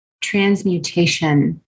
transmutation